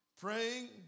Praying